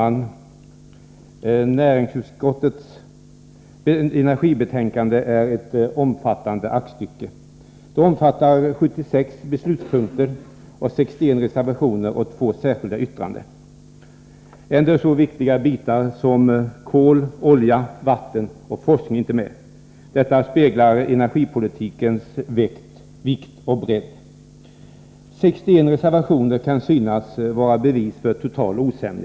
Fru talman! Näringsutskottets energibetänkande är ett omfattande aktstycke. Det omfattar 76 beslutspunker, 61 reservationer och två särskilda yttranden. Ändå är så viktiga bitar som kol, olja, vatten och forskning inte med. Detta speglar energipolitikens vikt och bredd. 61 reservationer kan synas vara bevis för total osämja.